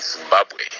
Zimbabwe